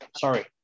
sorry